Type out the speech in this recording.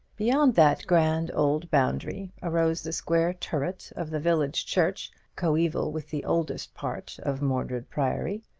beyond that grand old boundary arose the square turret of the village church, coeval with the oldest part of mordred priory.